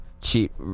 cheap